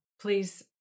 please